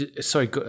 Sorry